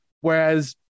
Whereas